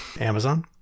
Amazon